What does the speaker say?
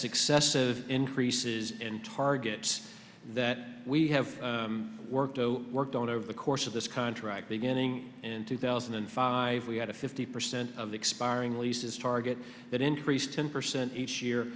successive increases in targets that we have worked worked on over the course of this contract beginning in two thousand and five we had a fifty percent of the expiring leases target that increased ten percent each year